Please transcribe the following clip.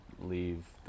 leave